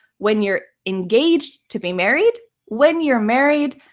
when you're engaged to be married, when you're married,